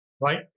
Right